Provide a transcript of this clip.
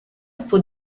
pour